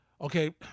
okay